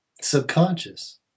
subconscious